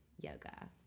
yoga